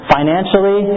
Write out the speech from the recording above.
Financially